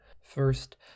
First